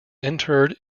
interred